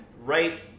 Right